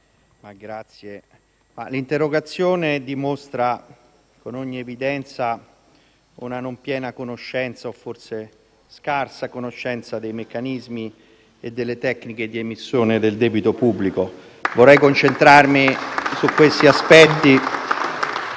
L'interrogazione dimostra con ogni evidenza una non piena conoscenza - o forse una scarsa conoscenza - dei meccanismi e delle tecniche di emissione del debito pubblico. Vorrei concentrarmi su questi aspetti, non